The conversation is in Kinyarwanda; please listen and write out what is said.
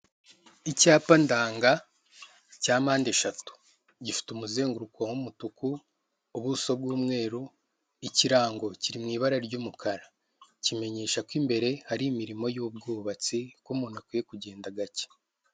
Icyapa ndanga cya mpande eshatu, gifite umuzenguruko w'umutuku, ubuso bw'umweru, ikirango kiri mu ibara ry'umukara kimenyesha ko imbere hari imirimo y'ubwubatsi ko umuntu akwiye kugenda gake.